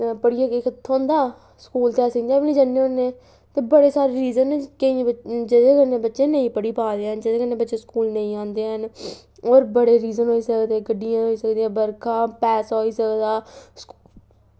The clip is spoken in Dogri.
पढ़ियै किश थ्होंदा स्कूल ते अस इ'यां बी निं जन्ने होने ते बड़े सारे रीज़न न ते केईं रीजन न जेह्दे कन्नै बच्चे नेईं पढ़ी पा दे न जेह्दे कन्नै बच्चे स्कूल नेईं औंदे हैन होर बड़े रीजन न गड्डियां बरखा पैसा होई सकदा